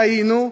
טעינו,